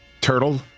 turtle